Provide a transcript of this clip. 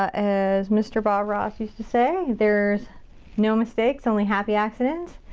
as mr. bob ross used to say, there's no mistakes, only happy accidents.